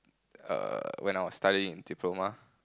err when I was studying in diploma